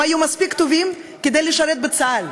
הם היו מספיק טובים כדי לשרת בצה"ל,